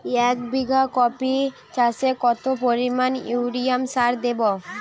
এক বিঘা কপি চাষে কত পরিমাণ ইউরিয়া সার দেবো?